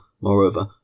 moreover